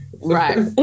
Right